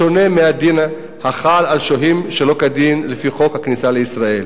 בשונה מהדין החל על שוהים שלא כדין לפי חוק הכניסה לישראל.